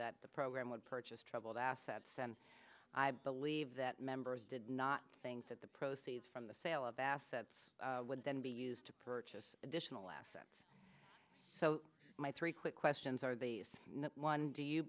that the program would purchase troubled assets and i believe that members did not think that the proceeds from the sale of assets would then be used to purchase additional assets so my three quick questions are based on do you